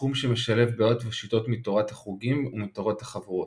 תחום שמשלב בעיות ושיטות מתורת החוגים ומתורת החבורות.